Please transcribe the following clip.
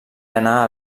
anà